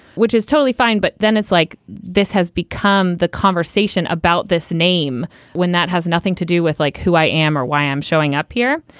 which is totally fine. but then it's like this has become the conversation about this name when that has nothing to do with like who i am or why i'm showing up here.